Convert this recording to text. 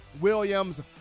Williams